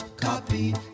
copy